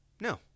No